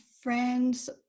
friends